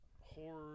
horror